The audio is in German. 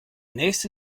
nächste